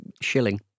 shilling